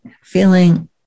feeling